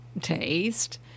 taste